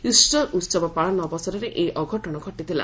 Easter ଉତ୍ସବ ପାଳନ ଅବସରରେ ଏହି ଅଘଟଣ ଘଟିଥିଲା